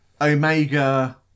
Omega